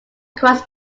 across